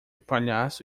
palhaço